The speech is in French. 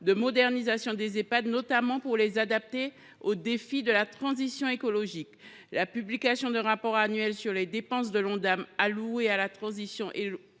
de modernisation des Ehpad, notamment pour adapter ceux ci au défi de la transition écologique. La publication d’un rapport annuel sur les dépenses de l’Ondam allouées à la transition